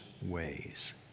ways